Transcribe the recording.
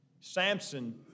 Samson